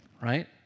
right